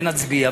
ונצביע,